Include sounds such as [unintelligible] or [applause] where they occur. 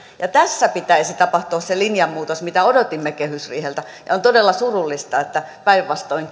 tässä pitäisi tapahtua se linjan muutos mitä odotimme kehysriiheltä ja on todella surullista että päinvastoin [unintelligible]